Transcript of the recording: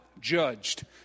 judged